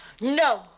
No